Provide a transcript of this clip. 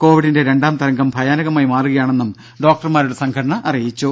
കൊവിഡിന്റെ രണ്ടാം തരംഗം ഭയാനകമായി മാറുകയാണെന്നും ഡോക്ടർമാരുടെ സംഘടന അറിയിച്ചു